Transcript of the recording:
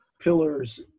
pillars